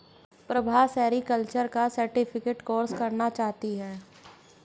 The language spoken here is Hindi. प्रभा सेरीकल्चर का सर्टिफिकेट कोर्स करना चाहती है